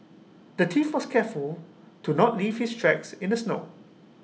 the thief was careful to not leave his tracks in the snow